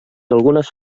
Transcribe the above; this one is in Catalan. algunes